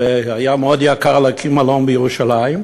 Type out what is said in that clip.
הרי היה מאוד יקר להקים מלון בירושלים,